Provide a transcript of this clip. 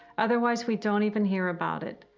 otherwise we don't even hear about it.